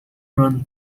run